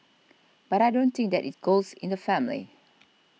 but I don't think that it goes in the family